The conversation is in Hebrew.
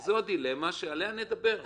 זו הדילמה שעליה נדבר.